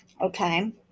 Okay